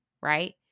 right